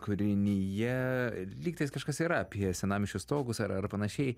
kūrinyje lygtais kažkas yra apie senamiesčio stogus ar ar panašiai